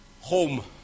home